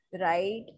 Right